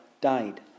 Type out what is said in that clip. died